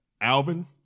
Alvin